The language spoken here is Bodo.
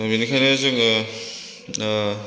दा बेनिखायनो जोङो